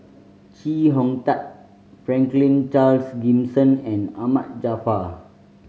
Chee Hong Tat Franklin Charles Gimson and Ahmad Jaafar